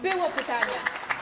Było pytanie.